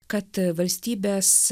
kad valstybės